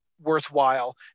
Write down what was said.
worthwhile